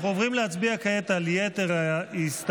אנחנו עוברים להצביע כעת על יתר ההסתייגויות.